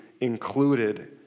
included